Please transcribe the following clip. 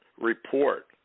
report